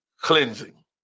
Cleansing